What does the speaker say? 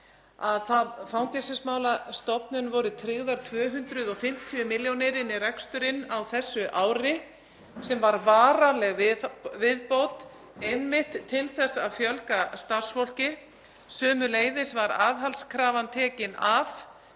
að Fangelsismálastofnun voru tryggðar 250 millj. kr. inn í reksturinn á þessu ári sem varð varanleg viðbót einmitt til að fjölga starfsfólki. Sömuleiðis var aðhaldskrafan tekin af